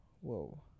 whoa